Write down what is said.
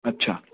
अच्छा